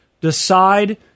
decide